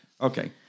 Okay